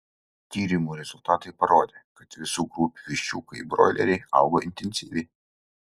tyrimų rezultatai parodė kad visų grupių viščiukai broileriai augo intensyviai